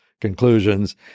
conclusions